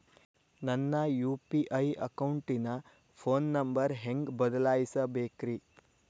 ನನ್ನ ಯು.ಪಿ.ಐ ಅಕೌಂಟಿನ phone number ಹೆಂಗ್ ಬದಲಾಯಿಸ ಬೇಕ್ರಿ?